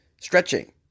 stretching